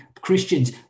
Christians